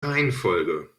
reihenfolge